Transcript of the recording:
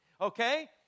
Okay